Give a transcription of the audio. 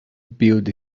build